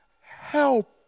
help